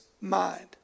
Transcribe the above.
mind